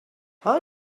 how